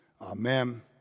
Amen